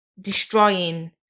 destroying